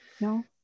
No